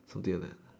forgiven